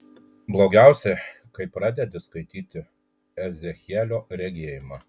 blogiausia kai pradedi skaityti ezechielio regėjimą